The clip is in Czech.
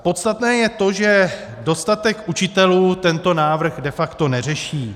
Podstatné je to, že dostatek učitelů tento návrh de facto neřeší.